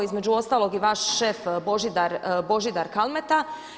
Između ostalog i vaš šef Božidar Karmeta.